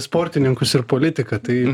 sportininkus ir politiką tai